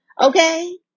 Okay